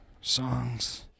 songs